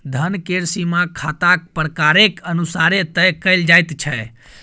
धन केर सीमा खाताक प्रकारेक अनुसार तय कएल जाइत छै